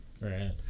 right